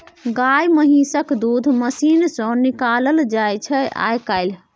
गाए महिषक दूध मशीन सँ निकालल जाइ छै आइ काल्हि